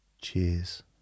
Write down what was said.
cheers